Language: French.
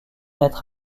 être